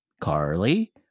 Carly